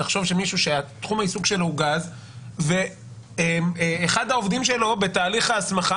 תחשוב שמישהו שתחום העיסוק שלו הוא גז ואחד העובדים שלו בתהליך ההסמכה,